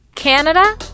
Canada